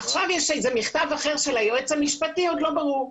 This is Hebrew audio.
עכשיו יש איזה מכתב אחר של היועץ המשפטי והוא עוד לא ברור.